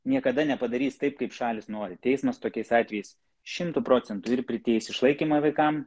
niekada nepadarys taip kaip šalys nori teismas tokiais atvejais šimtu procentų ir priteis išlaikymą vaikam